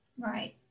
Right